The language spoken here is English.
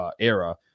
era